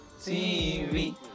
TV